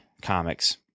comics